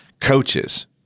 Coaches